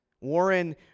Warren